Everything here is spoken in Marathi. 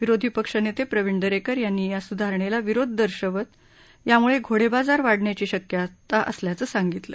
विरोधी पक्षनेते प्रवीण दरेकर यांनी या सुधारणेला विरोध दर्शवत याम्ळे घोडेबाजार वाढण्याची शक्यता असल्याचं सांगितलं